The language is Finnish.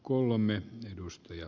arvoisa puhemies